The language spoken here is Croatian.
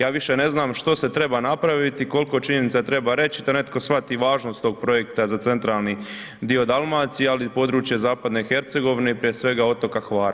Ja više ne znam što se treba napraviti, koliko činjenica treba reći da netko shvati važnost tog projekta za centralni dio Dalmacije, ali i područje zapadne Hercegovine i prije svega, otoka Hvara.